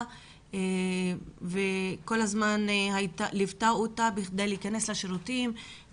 לכיסא גלגלים וכל הזמן ליוותה אותה בכניסה לשירותים,